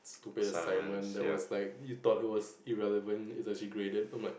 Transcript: stupidest segment that was like you thought it was irrelevant is actually graded and I'm like